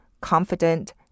confident